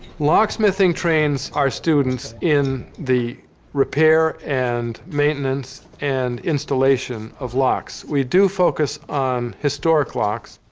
locksmithing trains our students in the repair and maintenance and installation of locks. we do focus on historic locks.